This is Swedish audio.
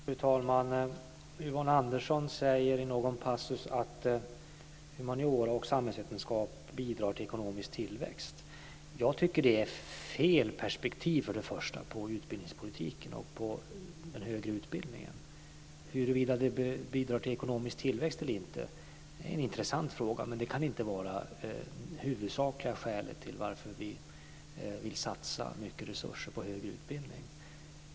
Fru talman! Yvonne Andersson säger i någon passus att humaniora och samhällsvetenskap bidrar till ekonomisk tillväxt. Jag tycker att det är fel perspektiv på utbildningspolitiken och på den högre utbildningen. Huruvida det bidrar till ekonomisk tillväxt eller inte är en intressant fråga, men det kan inte vara det huvudsakliga skälet till att vi vill satsa mycket resurser på högre utbildning.